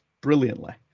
brilliantly